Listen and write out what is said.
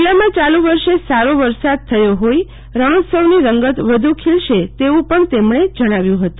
જિલ્લામાં યાલુ વર્ષે સારો વરસાદ થયો હોઈ રણોત્સવની રંગત વધુ ખીલશે તેવુ પણ તેમણે જણાવ્યુ હતું